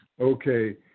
Okay